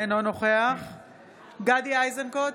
אינו נוכח גדי איזנקוט,